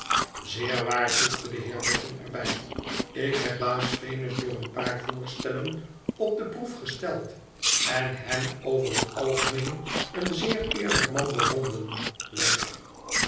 tzecr waar voegde de heer boffin er bij tik heb baas venus door een paar voorstellen op de proef gesteld en hem over het algemeen een zeer eerlijk man bevonden